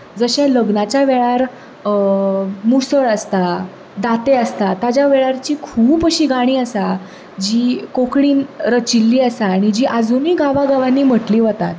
जशें लग्नाच्या वेळार मुसळ आसता दातें आसता ताच्या वेळारचीं खूब अशीं गाणीं आसात जीं कोंकणीन रचिल्ली आसात आनी जीं अजुनूय गांवा गांवांनी म्हणटली वतात